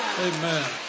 Amen